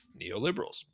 neoliberals